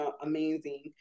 amazing